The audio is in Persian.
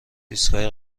ایستگاه